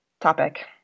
topic